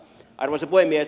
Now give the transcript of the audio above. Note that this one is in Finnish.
arvoisa puhemies